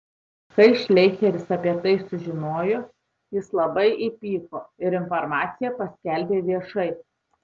kai šleicheris apie tai sužinojo jis labai įpyko ir informaciją paskelbė viešai